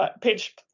Page